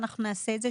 ואנחנו נעשה את זה,